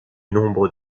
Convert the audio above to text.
nombre